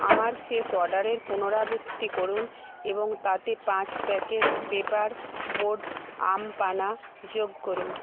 আমার শেষ অর্ডারের পুনরাবৃত্তি করুন এবং তাতে পাঁচ প্যাকেট পেপার বোট আম পানা যোগ করুন